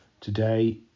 Today